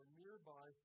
nearby